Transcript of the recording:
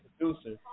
producer